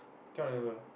cannot remember